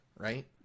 right